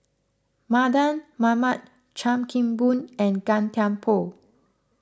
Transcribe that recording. Mardan Mamat Chan Kim Boon and Gan Thiam Poh